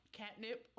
catnip